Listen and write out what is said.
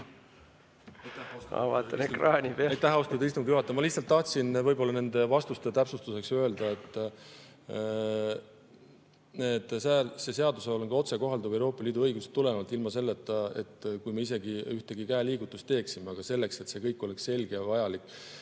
Ma lihtsalt tahtsin nende vastuste täpsustuseks öelda, et see seadus on otsekohalduv Euroopa Liidu õigusest tulenevalt, ilma selleta, et me isegi ühtegi käeliigutust teeksime. Aga selleks, et see kõik oleks selge, täiendan: